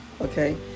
okay